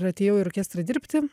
ir atėjau į orkestrą dirbti